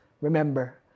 Remember